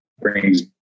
brings